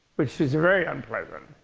which is very unpleasant.